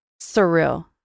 Surreal